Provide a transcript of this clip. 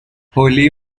holy